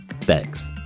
thanks